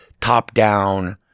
top-down